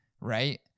right